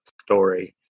story